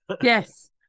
Yes